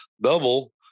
double